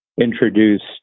introduced